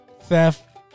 theft